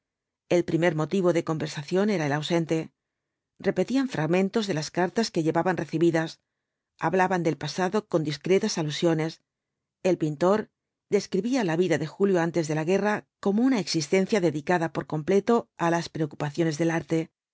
el primer motivo de conversación era el ausente repetían fragmentos de las cartas que llevaban recibidas hablaban del pasado con discretas alusiones el pintor describía la vida de julio antes de la guerra como una existencia dedicada por completo á las preocupaciones del arte el